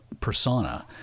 persona